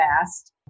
fast